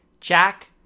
Jack